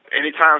Anytime